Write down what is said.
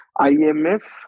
IMF